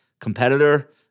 competitor